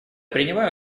принимаю